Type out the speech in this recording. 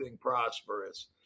prosperous